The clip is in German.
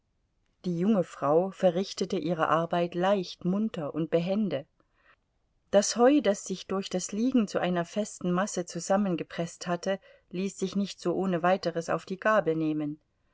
die junge frau verrichtete ihre arbeit leicht munter und behende das heu das sich durch das liegen zu einer festen masse zusammengepreßt hatte ließ sich nicht so ohne weiteres auf die gabel nehmen